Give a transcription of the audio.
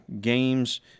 games